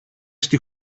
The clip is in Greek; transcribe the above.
στη